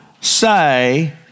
say